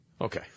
Okay